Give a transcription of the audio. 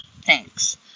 Thanks